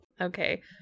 Okay